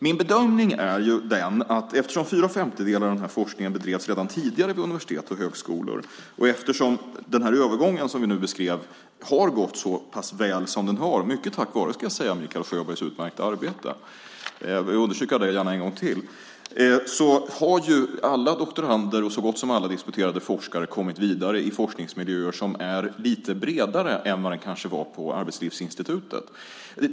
Min bedömning är att eftersom fyra femtedelar av forskningen redan tidigare bedrevs på universitet och högskolor, och eftersom övergången har gått så pass väl - mycket tack vare Mikael Sjöbergs utmärkta arbete, jag vill gärna understryka det en gång till - har alla doktorander och så gott som alla disputerade forskare kommit vidare i forskningsmiljöer som är lite bredare än vad den kanske var på Arbetslivsinstitutet.